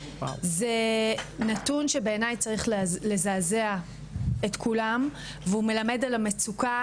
זה נתון שבעיני צריך לזעזע את כולם והוא מלמד על המצוקה